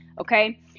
Okay